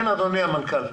כן, אדוני המנכ"ל.